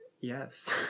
Yes